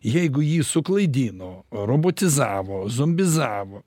jeigu jį suklaidino robotizavo zombizavo